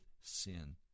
sin